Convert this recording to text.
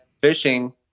fishing